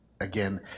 Again